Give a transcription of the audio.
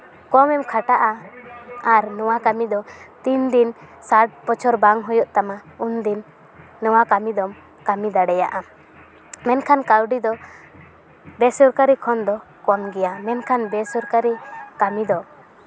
ᱠᱚᱢ ᱮᱢ ᱠᱷᱟᱴᱟᱜᱼᱟ ᱟᱨ ᱱᱚᱣᱟ ᱠᱟᱹᱢᱤ ᱫᱚ ᱛᱤᱱ ᱫᱤᱱ ᱥᱟᱴ ᱵᱚᱪᱷᱚᱨ ᱵᱟᱝ ᱦᱩᱭᱩᱜ ᱛᱟᱢᱟ ᱩᱱ ᱫᱤᱱ ᱱᱚᱣᱟ ᱠᱟᱹᱢᱤ ᱫᱚᱢ ᱠᱟᱹᱢᱤ ᱫᱟᱲᱮᱭᱟᱜᱼᱟ ᱢᱮᱱᱠᱷᱟᱱ ᱠᱟᱹᱣᱰᱤ ᱫᱚ ᱵᱮᱥᱚᱨᱠᱟᱨᱤ ᱠᱷᱚᱱ ᱫᱚ ᱠᱚᱢ ᱜᱮᱭᱟ ᱢᱮᱱᱠᱷᱟᱱ ᱵᱮᱥᱚᱨᱠᱟᱨᱤ ᱠᱟᱹᱢᱤ ᱫᱚ